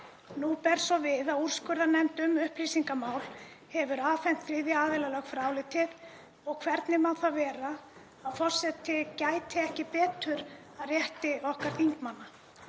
Nú ber svo við að úrskurðarnefnd um upplýsingamál hefur afhent þriðja aðila lögfræðiálitið. Hvernig má það vera að forseti gæti ekki betur að rétti okkar þingmanna?